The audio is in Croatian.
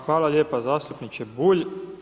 Hvala lijepa zastupniče Bulj.